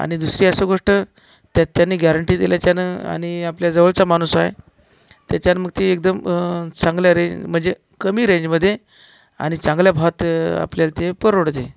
आणि दुसरी असं गोष्ट त्यात त्यानं ग्यारंटी दिल्याच्यानं आणि आपल्या जवळचा माणूस आहे त्याच्यानं मग ते एकदम चांगल्या रेंज म्हणजे कमी रेंजमध्ये आणि चांगल्या भावात आपल्याला ते परवडतेय